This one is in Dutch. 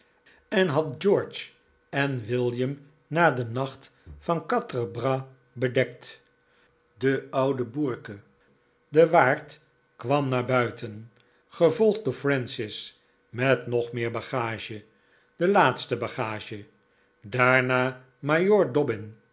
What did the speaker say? en had george en william na den nacht van quatre bras bedekt de ouwe burcke de waard kwam naar buiten gevolgd door francis met nog meer bagage de laatste bagage daarna